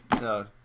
No